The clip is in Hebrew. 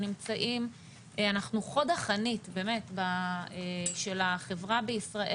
אנחנו חוד החנית של החברה בישראל.